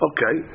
Okay